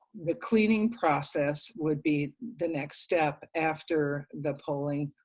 the cleaning process would be the next step after the polling,